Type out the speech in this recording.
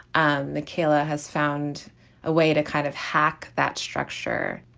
and the killer has found a way to kind of hack that structure,